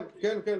כן, כן.